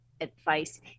advice